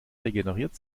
regeneriert